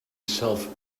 self